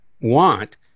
want